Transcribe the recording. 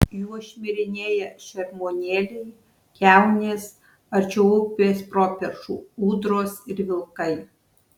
juo šmirinėja šermuonėliai kiaunės arčiau upės properšų ūdros ir vilkai